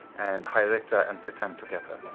and high-richter and sutan together.